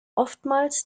oftmals